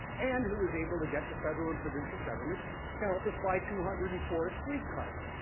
and who was able to get the federal and provincial governments to help us buy two hundred and four street cars.